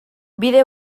bide